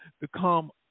become